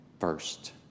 First